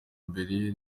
mbere